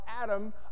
Adam